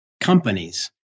companies